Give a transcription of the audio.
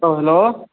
औ हेल्ल'